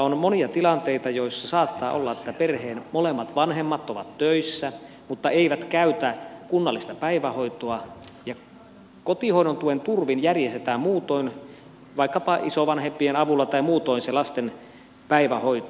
on monia tilanteita joissa saattaa olla niin että perheen molemmat vanhemmat ovat töissä mutta eivät käytä kunnallista päivähoitoa ja kotihoidon tuen turvin järjestetään muutoin vaikkapa isovanhempien avulla tai muutoin se lasten päivähoito